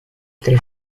tre